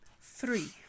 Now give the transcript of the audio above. three